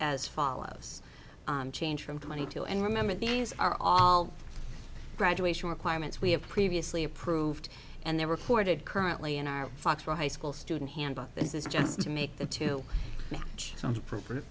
as follows change from twenty two and remember these are all graduation requirements we have previously approved and they recorded currently in our fox for high school student handbook this is just to make the two